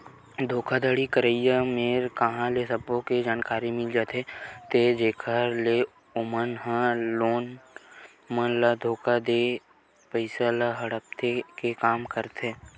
धोखाघड़ी करइया मेरन कांहा ले सब्बो के जानकारी मिल जाथे ते जेखर ले ओमन ह लोगन मन ल धोखा देके पइसा ल हड़पे के काम करथे